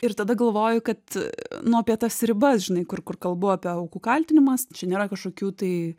ir tada galvoju kad nu apie tas ribas žinai kur kur kalbu apie aukų kaltinimas čia nėra kažkokių tai